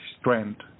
strength